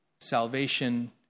Salvation